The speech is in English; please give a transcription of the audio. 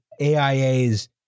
AIAs